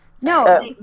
No